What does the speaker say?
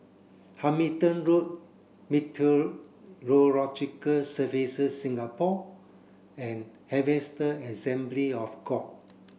Hamilton Road Meteorological Services Singapore and Harvester Assembly of God